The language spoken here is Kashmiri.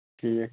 ٹھیٖک